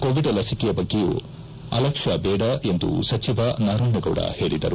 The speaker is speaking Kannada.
ಕೋವಿಡ್ ಲಸಿಕೆಯ ಬಗ್ಗೆಯೂ ಅರ್ಲಕ್ಷ್ಯ ಬೇಡ ಎಂದು ಸಚಿವ ನಾರಾಯಣಗೌಡ ಹೇಳಿದರು